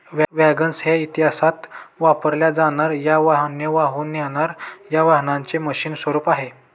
wagons हे इतिहासात वापरल्या जाणार या धान्य वाहून नेणार या वाहनांचे मशीन स्वरूप आहे